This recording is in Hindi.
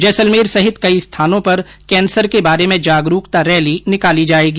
जैसलमेर सहित कई स्थानों पर कैंसर के बारे में जागरूकता रैली निकाली जायेगी